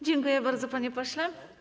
Dziękuję bardzo, panie pośle.